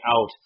out